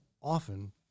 often